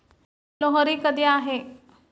लोहरी कधी आहे?